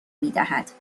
میدهد